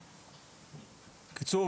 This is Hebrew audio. בקצרה,